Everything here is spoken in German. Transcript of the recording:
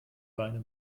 beine